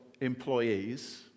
employees